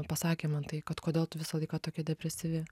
pasakė man tai kad kodėl tu visą laiką tokia depresyvi